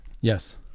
Yes